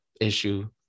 issue